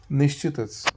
निश्चितच